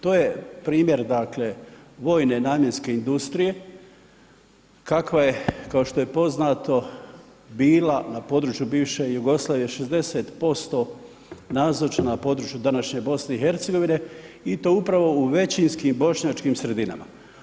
To je primjer dakle vojne namjenske industrije kakva je kao što je poznato bila na području bivše Jugoslavije 60% nazočna na području današnje BiH i to upravo u većinskim bošnjačkim sredinama.